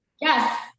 Yes